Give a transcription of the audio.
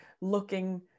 looking